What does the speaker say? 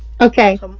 Okay